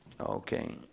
Okay